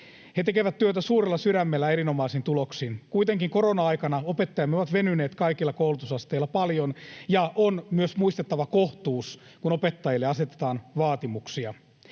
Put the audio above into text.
He tekevät työtä suurella sydämellä erinomaisin tuloksin. Kuitenkin korona-aikana opettajamme ovat venyneet kaikilla koulutusasteilla paljon, ja on myös muistettava kohtuus, kun opettajille asetetaan vaatimuksia.